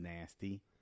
nasty